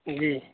جی